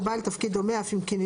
אם ניתן